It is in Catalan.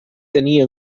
tenir